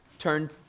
Turn